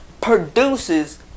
produces